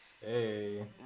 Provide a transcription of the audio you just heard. hey